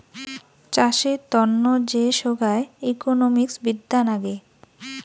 চাষের তন্ন যে সোগায় ইকোনোমিক্স বিদ্যা নাগে